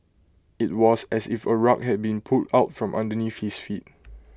IT was as if A rug had been pulled out from underneath his feet